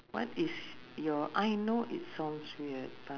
what is your I know it sounds weird but